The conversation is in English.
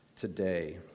today